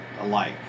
alike